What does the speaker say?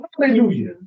Hallelujah